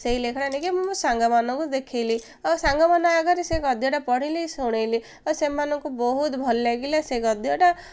ସେଇ ଲେଖାଟା ନେଇକି ମୁଁ ସାଙ୍ଗମାନଙ୍କୁ ଦେଖେଇଲି ଆଉ ସାଙ୍ଗମାନ ଆଗରେ ସେ ଗଦ୍ୟଟା ପଢ଼ିଲି ଶୁଣେଇଲି ଆଉ ସେମାନଙ୍କୁ ବହୁତ ଭଲ ଲାଗିଲା ସେ ଗଦ୍ୟଟା